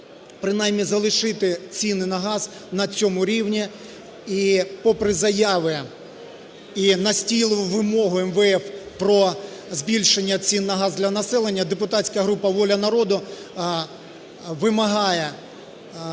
принаймні залишити ціни на газ на цьому рівні. І попри заяви і настійливі вимоги МВФ про збільшення цін на газ для населення, депутатська група "Воля народу" вимагає